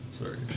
Sorry